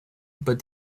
but